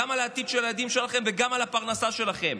גם על העתיד של הילדים שלכם וגם על הפרנסה שלכם,